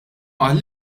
qal